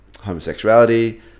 homosexuality